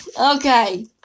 Okay